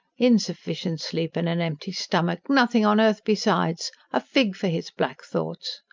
insufficient sleep, and an empty stomach nothing on earth besides! a fig for his black thoughts!